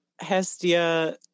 Hestia